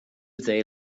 they